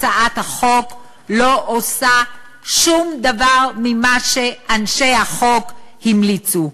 הצעת החוק לא עושה שום דבר ממה שאנשי החוק המליצו.